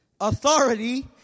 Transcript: authority